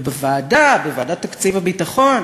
ובוועדה, בוועדה לתקציב הביטחון,